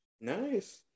nice